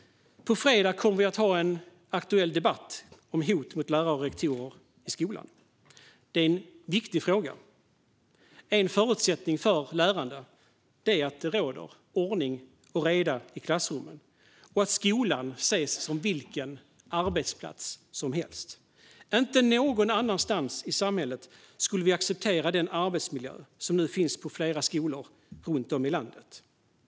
På fredag kommer vi att ha en aktuell debatt om hot mot lärare och rektorer i skolan. Det är en viktig fråga. En förutsättning för lärande är att det råder ordning och reda i klassrummen och att skolan ses som vilken arbetsplats som helst. Ingen annanstans i samhället skulle vi acceptera den arbetsmiljö som nu finns på flera skolor runt om i landet.